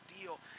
deal